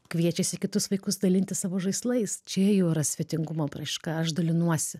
kviečiasi kitus vaikus dalintis savo žaislais čia jau yra svetingumo apraiška aš dalinuosi